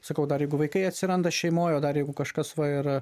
sakau dar jeigu vaikai atsiranda šeimoj o dar jeigu kažkas va ir